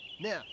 Now